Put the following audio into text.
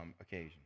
occasion